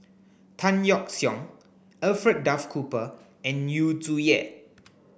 Tan Yeok Seong Alfred Duff Cooper and Yu Zhuye